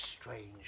strange